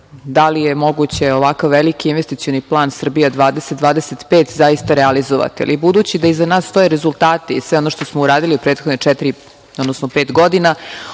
da li je moguće ovako veliki investicioni plan Srbija 20-25 zaista realizovati, ali budući da iza nas stoje rezultati i sve ono što smo uradili u prethodnih četiri, odnosno pet godina,